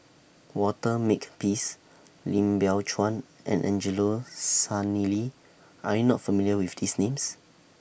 Walter Makepeace Lim Biow Chuan and Angelo Sanelli Are YOU not familiar with These Names